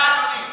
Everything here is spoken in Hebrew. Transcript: דקה, אדוני.